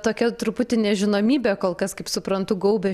tokia truputį nežinomybė kol kas kaip suprantu gaubia